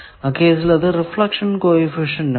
ആ കേസിൽ അത് റിഫ്ലക്ഷൻ കോ എഫിഷ്യന്റ് ആണ്